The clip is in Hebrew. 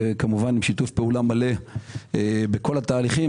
כמובן בשיתוף פעולה מלא בכל התהליכים,